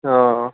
অঁ